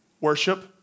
worship